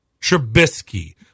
Trubisky